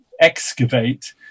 excavate